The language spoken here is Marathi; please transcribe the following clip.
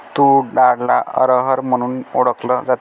तूर डाळला अरहर म्हणूनही ओळखल जाते